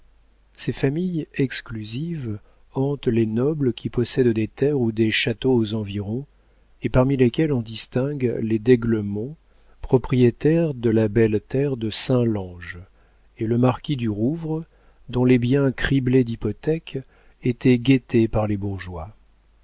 ces familles exclusives hantent les nobles qui possèdent des terres ou des châteaux aux environs et parmi lesquels on distingue les d'aiglemont propriétaires de la belle terre de saint lange et le marquis du rouvre dont les biens criblés d'hypothèques étaient guettés par les bourgeois